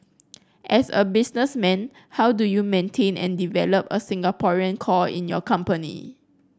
as a businessman how do you maintain and develop a Singaporean core in your company